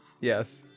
Yes